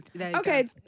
Okay